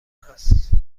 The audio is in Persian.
هست